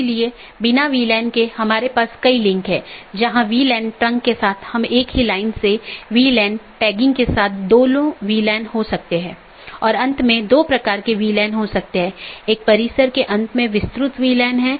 इसलिए मैं एकल प्रविष्टि में आकस्मिक रूटिंग विज्ञापन कर सकता हूं और ऐसा करने में यह मूल रूप से स्केल करने में मदद करता है